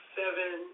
seven